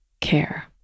care